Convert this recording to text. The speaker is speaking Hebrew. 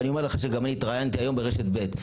ואני אומר לך שגם אני התראיינתי היום ברשת ב'.